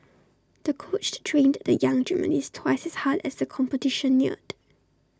the coached trained the young gymnast twice as hard as the competition neared